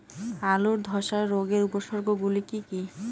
আলুর ধ্বসা রোগের উপসর্গগুলি কি কি?